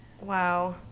Wow